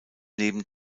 neben